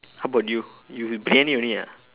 how about you you briyani only ah